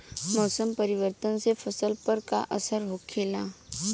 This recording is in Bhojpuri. मौसम परिवर्तन से फसल पर का असर होखेला?